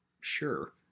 Sure